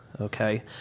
okay